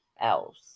else